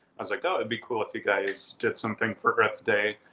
i was like, oh, it'd be cool if you guys did something for earth day.